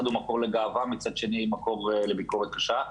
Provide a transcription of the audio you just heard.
מקור לגאווה ומצד שני מקור לביקורת קשה.